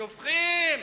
שופכים,